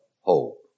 hope